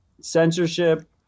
censorship